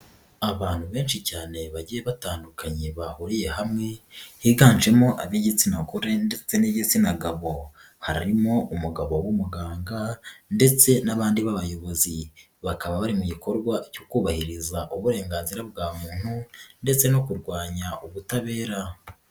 Abantu benshi cyane bagiye batandukanye bahuriye hamwe higanjemo ab'igitsina gore ndetse n'igitsina gabo, harimo umugabo w'umuganga ndetse n'abandi b'abayobozi bakaba bari mu gikorwa cyo kubahiriza uburenganzira bwa muntu ndetse no kurwanya ubutabera.